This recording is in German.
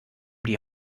die